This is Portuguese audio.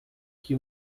que